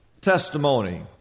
testimony